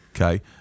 okay